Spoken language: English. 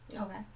Okay